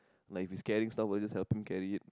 like if he's carrying stuff will just help him carry it